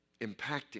impacting